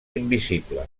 invisible